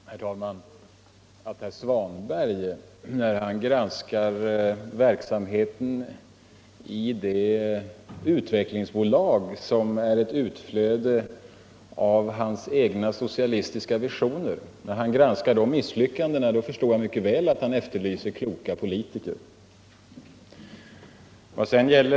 Herr talman! Jag förstår mycket väl att herr Svanberg, när han granskar verksamheten i det utvecklingsbolag som är ett utflöde av hans egna socialistiska visioner, efterlyser kloka politiker.